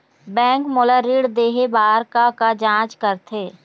Bank मोला ऋण देहे बार का का जांच करथे?